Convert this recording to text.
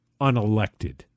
unelected